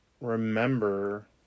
remember